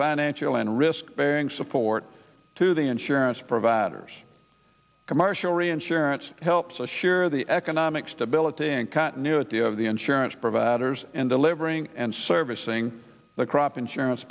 financial and risk bearing support to the insurance providers commercial reinsurance helps assure the economic stability and continuity of the insurance providers in delivering and servicing the crop insurance